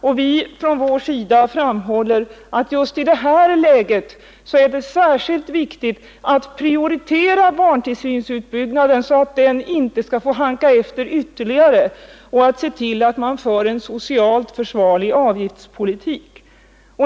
Och vi på vår sida framhåller att just i detta läge är det särskilt viktigt att prioritera barntillsynsutbyggnaden, så att den inte halkar efter ytterligare, och att vi måste föra en socialt försvarlig avgiftspolitik.